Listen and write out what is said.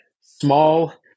small